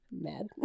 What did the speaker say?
Mad